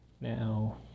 Now